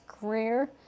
career